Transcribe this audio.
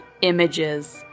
images